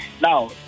Now